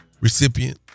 recipient